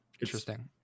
Interesting